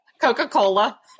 Coca-Cola